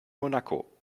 monaco